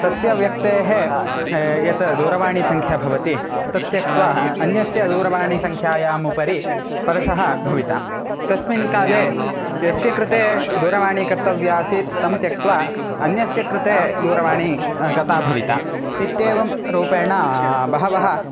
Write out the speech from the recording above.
तस्य व्यक्तेः या दूरवाणीसङ्ख्या भवति तां त्यक्त्वा अन्यस्य दूरवाणीसङ्ख्यायाः उपरि स्पर्शः भविता तस्मिन् काले यस्य कृते दूरवाणी कर्तव्या आसीत् तं त्यक्त्वा अन्यस्य कृते दूरवाणी गता भविता इत्येवं रूपेण बहवः